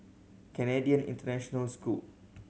Canadian International School